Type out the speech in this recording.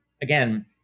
again